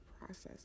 process